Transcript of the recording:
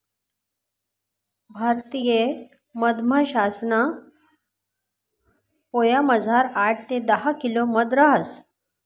भारतीय मधमाशासना पोयामझार आठ ते दहा किलो मध रहास